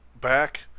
back